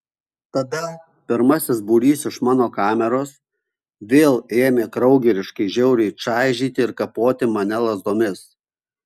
tada pirmasis būrys iš mano kameros vėl ėmė kraugeriškai žiauriai čaižyti ir kapoti mane lazdomis